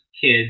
kids